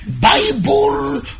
Bible